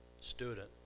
student